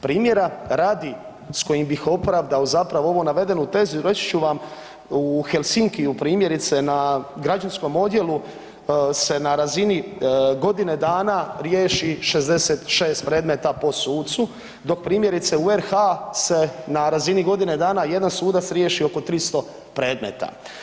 Primjera radi s kojim bih opravdao zapravo ovu navedenu tezu reći ću vam u Helsinkiju primjerice na građanskom odjelu se na razini godine dana riješi 66 predmeta po sucu dok primjerice u RH se na razini godine dana jedan sudac riješi oko 300 predmeta.